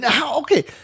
Okay